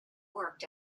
worked